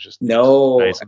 No